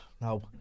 No